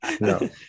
no